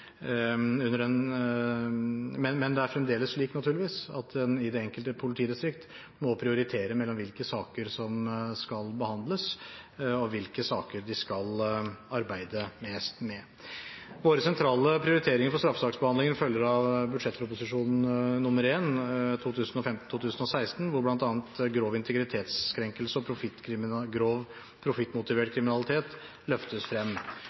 men det er fremdeles slik – naturligvis – at en i det enkelte politidistrikt må prioritere mellom hvilke saker som skal behandles, og hvilke saker de skal arbeide mest med. Våre sentrale prioriteringer for straffesaksbehandlingen følger av budsjettproposisjonen for 2015–2016, hvor bl.a. grov integritetskrenkelse og grov profittmotivert kriminalitet løftes frem.